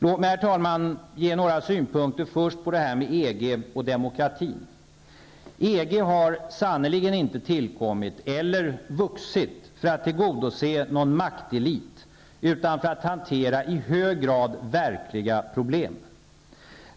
Låt mig, herr talman, först anföra några synpunkter på detta med EG och demokratin. EG har sannerligen inte tillkommit, eller vuxit, för att tillgodose någon maktelit utan för att hantera i hög grad verkliga problem.